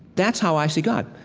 that's how i see god.